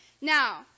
Now